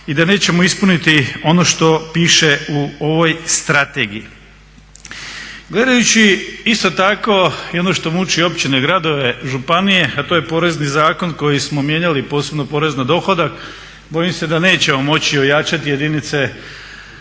i da nećemo ispuniti ono što piše u ovoj strategiji. Gledajući isto tako i ono što muči općine, gradove, županije, a to je porezni zakon koji smo mijenjali, posebno porez na dohodak, bojim se da nećemo moći ojačati jedinice